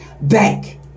bank